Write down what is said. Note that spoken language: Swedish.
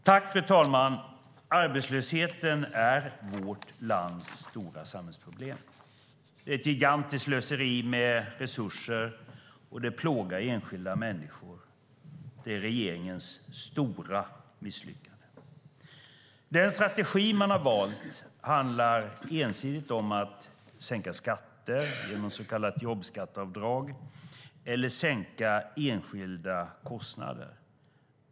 Fru talman! Arbetslösheten är vårt lands stora samhällsproblem. Det är ett gigantiskt slöseri med resurser, och det plågar enskilda människor. Det är regeringens stora misslyckande. Den strategi man har valt handlar ensidigt om att sänka skatter genom så kallat jobbskatteavdrag eller om att sänka enskilda kostnader.